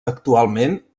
actualment